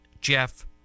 Jeff